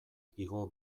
igo